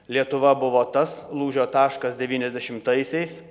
lietuva buvo tas lūžio taškas devyniasdešimtaisiais